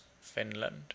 Finland